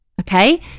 Okay